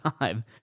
time